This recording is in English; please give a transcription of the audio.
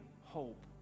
hope